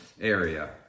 area